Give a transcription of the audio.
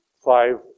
five